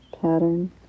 pattern